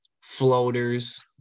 Floaters